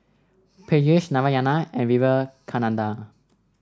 Peyush Narayana and Vivekananda